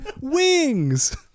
Wings